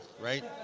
right